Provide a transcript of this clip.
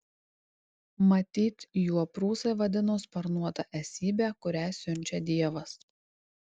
matyt juo prūsai vadino sparnuotą esybę kurią siunčia dievas